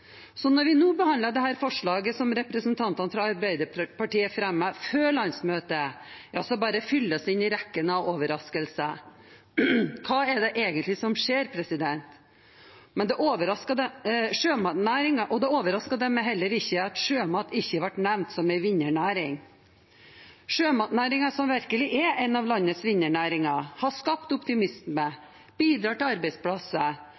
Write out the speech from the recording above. Så når vi nå behandler dette forslaget som representantene fra Arbeiderpartiet fremmet før landsmøtet, føyer det seg bare inn i rekken av overraskelser. Hva er det egentlig som skjer? Og det overrasket dem heller ikke at sjømat ikke ble nevnt som en vinnernæring. Sjømatnæringen, som virkelig er en av landets vinnernæringer, har skapt optimisme, bidrar til arbeidsplasser